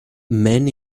men